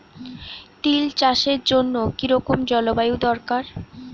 তিল চাষের জন্য কি রকম জলবায়ু দরকার?